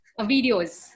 videos